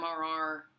MRR